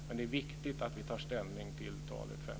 Men det är viktigt att vi tar ställning till talet